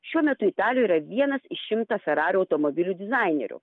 šiuo metu italijoj yra vienas iš šimto ferario automobilių dizainerių